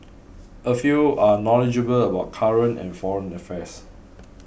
a few are knowledgeable about current and foreign affairs